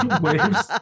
waves